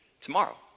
tomorrow